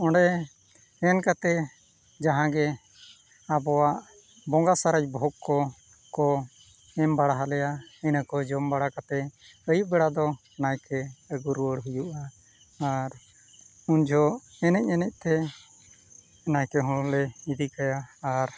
ᱚᱸᱰᱮ ᱥᱮᱱ ᱠᱟᱛᱮᱫ ᱡᱟᱦᱟᱸ ᱜᱮ ᱟᱵᱚᱣᱟᱜ ᱵᱚᱸᱜᱟ ᱥᱟᱨᱮᱡ ᱵᱷᱳᱜᱽ ᱠᱚᱠᱚ ᱮᱢ ᱵᱟᱲᱟ ᱟᱞᱮᱭᱟ ᱤᱱᱟᱹ ᱠᱚ ᱡᱚᱢ ᱵᱟᱲᱟ ᱠᱟᱛᱮᱫ ᱟᱹᱭᱩᱵ ᱵᱮᱲᱟ ᱫᱚ ᱱᱟᱭᱠᱮ ᱟᱹᱜᱩ ᱨᱩᱣᱟᱹᱲ ᱦᱩᱭᱩᱜᱼᱟ ᱟᱨ ᱩᱱ ᱡᱚᱠᱷᱚᱱ ᱮᱱᱮᱡ ᱮᱱᱮᱡ ᱛᱮ ᱱᱟᱭᱠᱮ ᱦᱚᱸᱞᱮ ᱤᱫᱤ ᱠᱟᱭᱟ ᱟᱨ